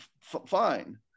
fine